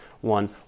one